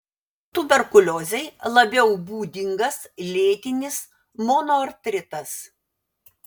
tuberkuliozei labiau būdingas lėtinis monoartritas